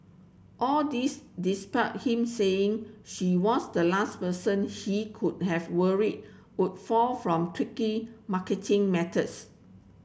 all this despite him saying she was the last person he could have worried would fall from tricky marketing methods